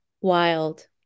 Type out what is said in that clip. Wild